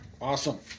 Awesome